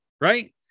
Right